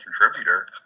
contributor